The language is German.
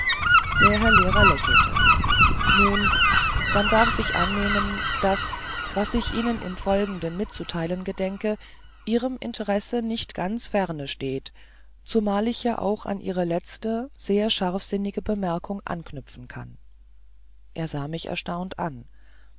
der herr lehrer lächelte nun dann darf ich annehmen daß was ich ihnen im folgenden mitzuteilen gedenke ihrem interesse nicht ganz ferne steht zumal ich ja auch an ihre letzte sehr scharfsinnige bemerkung anknüpfen kann er sah mich erstaunt an